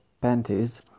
panties